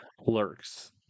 lurks